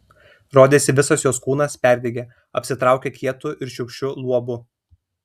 rodėsi visas jos kūnas perdegė apsitraukė kietu ir šiurkščiu luobu